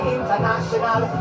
International